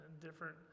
different